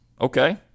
okay